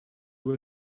were